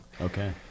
Okay